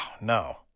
no